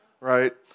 right